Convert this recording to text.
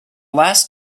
last